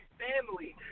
family